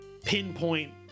pinpoint